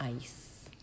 ice